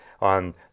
on